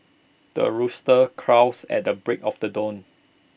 the rooster crows at the break of the dawn